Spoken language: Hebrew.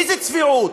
איזו צביעות.